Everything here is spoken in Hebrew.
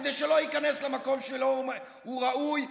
כדי שלא ייכנס למקום שלו הוא ראוי,